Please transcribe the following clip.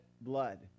blood